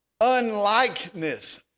unlikeness